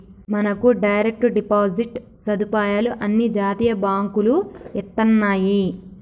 మనకు direct deposit సదుపాయాలు అన్ని జాతీయ బాంకులు ఇత్తన్నాయి